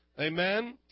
Amen